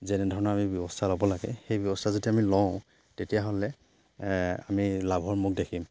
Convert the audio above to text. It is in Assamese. যেনেধৰণৰ আমি ব্যৱস্থা ল'ব লাগে সেই ব্যৱস্থা যদি আমি লওঁ তেতিয়াহ'লে আমি লাভৰ মূখ দেখিম